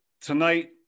tonight